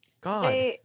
God